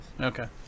Okay